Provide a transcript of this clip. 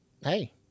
hey